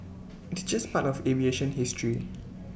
it's just part of aviation history